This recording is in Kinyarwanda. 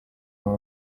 baba